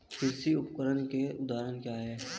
कृषि उपकरण के उदाहरण क्या हैं?